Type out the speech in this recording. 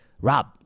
Rob